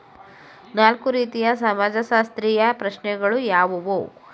ನಾಲ್ಕು ರೀತಿಯ ಸಮಾಜಶಾಸ್ತ್ರೀಯ ಪ್ರಶ್ನೆಗಳು ಯಾವುವು?